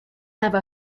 have